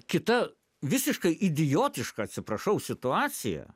kita visiškai idiotiška atsiprašau situacija